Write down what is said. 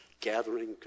gathering